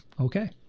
okay